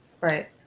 Right